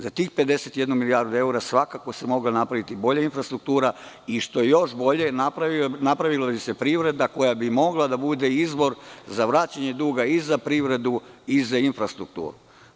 Za tih 51 milijardu evra svakako se mogla napraviti bolja infrastruktura i što je još bolje napravila bi se privreda koja bi mogla da bude izvor za vraćanje duga za privredu i infrastrukturu.